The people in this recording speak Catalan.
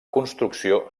construcció